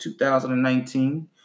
2019